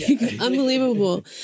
unbelievable